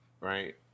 right